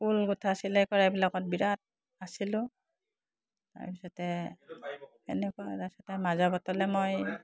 ফুল গোঠা চিলাই কৰা এইবিলাকত বিৰাট আছিলোঁ তাৰপিছতে এনেকুৱা তাৰপিছতে মাজে বতলে মই